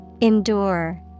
Endure